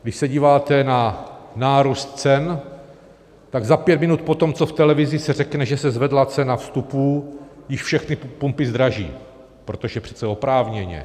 Když se díváte na nárůst cen, tak za pět minut potom, co v televizi se řekne, že se zvedla cena vstupů, již všechny pumpy zdraží, protože přece oprávněně.